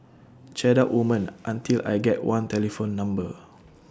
chat up woman until I get one telephone number